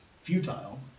futile